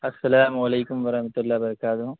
السلام علیکم ورحمۃ اللہ و برکاتہ